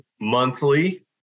monthly